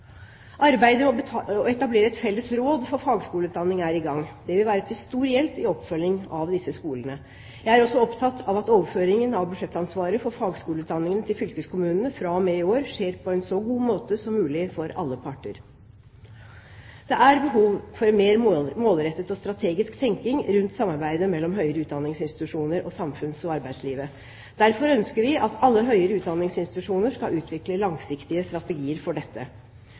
etablere et felles råd for fagskoleutdanning er i gang. Det vil være til stor hjelp i oppfølgingen av disse skolene. Jeg er også opptatt av at overføringen av budsjettansvaret for fagskoleutdanningene til fylkeskommunene fra og med i år skjer på en så god måte som mulig for alle parter. Det er behov for en mer målrettet og strategisk tenkning rundt samarbeidet mellom høyere utdanningsinstitusjoner og samfunns- og arbeidslivet. Derfor ønsker vi at alle høyere utdanningsinstitusjoner skal utvikle langsiktige strategier for dette.